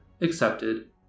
accepted